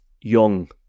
Young